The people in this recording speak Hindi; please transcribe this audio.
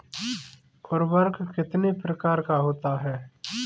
उर्वरक कितने प्रकार का होता है?